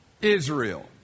Israel